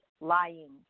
lying